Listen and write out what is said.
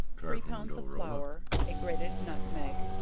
three pounds of flour, a grated nutmeg,